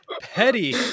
Petty